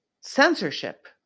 Censorship